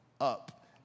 up